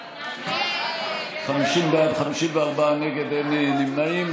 50 בעד, 54 נגד, אין נמנעים.